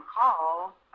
call